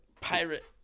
pirate-